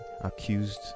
accused